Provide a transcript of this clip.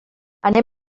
anem